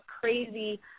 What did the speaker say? crazy